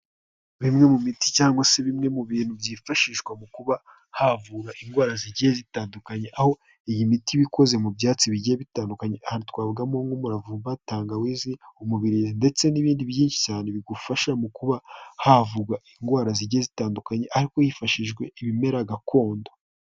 Bimwe mu miti cyangwa se bimwe mu bintu byifashishwa mu kuba havura indwara zigiye zitandukanye, aho iyi miti iba ikoze mu byatsi bigiye bitandukanye, aha twavugamo nk'umuravumba, tangawizi, umubirizi ndetse n'ibindi byinshi cyane bigufasha mu kuba havurwa indwara zigiye zitandukanye ariko hifashishijwe ibimera gakondo.